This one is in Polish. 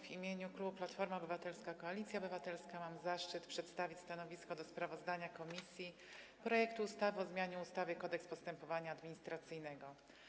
W imieniu klubu Platforma Obywatelska - Koalicja Obywatelska mam zaszczyt przedstawić stanowisko dotyczące sprawozdania komisji o projekcie ustawy o zmianie ustawy Kodeks postępowania administracyjnego.